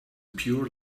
pure